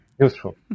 Useful